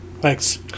thanks